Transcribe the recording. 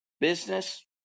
business